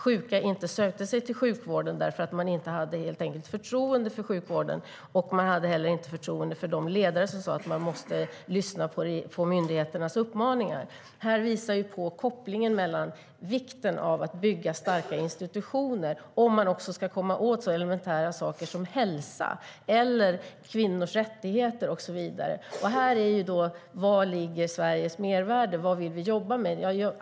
Sjuka sökte sig inte till sjukvården, för de hade helt enkelt inte förtroende för vården. Man hade heller inte förtroende för de ledare som sa att man måste lyssna på myndigheternas uppmaningar. Här har vi då frågan om var Sveriges mervärde ligger. Vad vill vi jobba med?